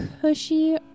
cushy